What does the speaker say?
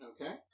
Okay